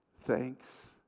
thanks